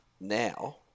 Now